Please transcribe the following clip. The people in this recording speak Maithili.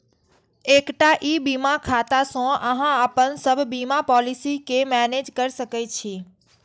एकटा ई बीमा खाता सं अहां अपन सब बीमा पॉलिसी कें मैनेज कैर सकै छी